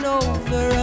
over